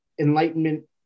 enlightenment